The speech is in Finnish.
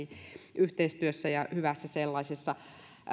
yhteistyössä ja hyvässä sellaisessa